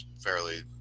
fairly